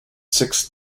six